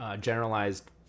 generalized